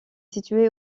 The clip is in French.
situé